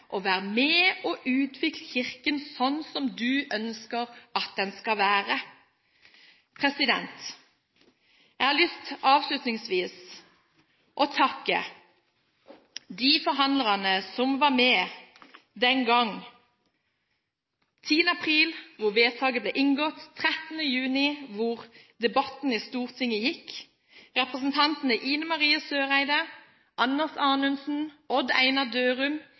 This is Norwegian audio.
være med å utvikle Kirken sånn som de ønsker at den skal være. Jeg har avslutningsvis lyst til å takke de forhandlerne som var med den gangen, da vedtaket ble inngått den 10. april, og da debatten gikk i Stortinget den 13. juni: representantene Ine Marie Eriksen Søreide, Anders Anundsen, Odd Einar Dørum,